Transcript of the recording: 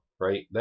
right